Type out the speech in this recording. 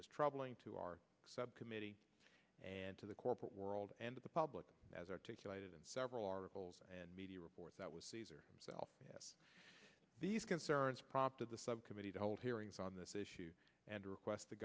was troubling to our subcommittee and to the corporate world and to the public as articulated in several articles and media reports that was caesar sell us these concerns prompted the subcommittee to hold hearings on this issue and request the